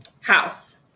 House